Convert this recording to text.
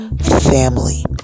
family